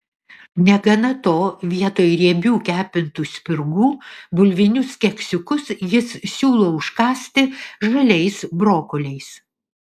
negana to vietoj riebių kepintų spirgų bulvinius keksiukus jis siūlo užkąsti žaliais brokoliais